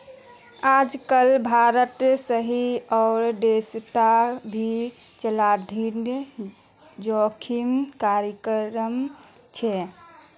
आजकल भारत सहित आरो देशोंत भी चलनिधि जोखिम कायम छे